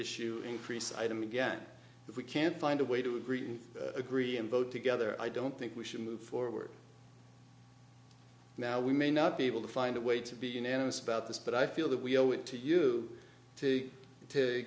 issue increase item again if we can't find a way to agree to agree and vote together i don't think we should move forward now we may not be able to find a way to be unanimous about this but i feel that we owe it to us to to